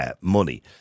money